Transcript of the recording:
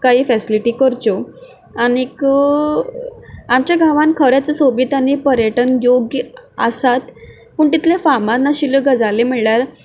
काही फेसिलिटी करच्यो आनी आमच्या गांवांत खरेंच सोबीत आनी पर्यटन योग्य आसात पूण ती तितल्यो फामाद नाशिल्ल्यो गजाली म्हणल्यार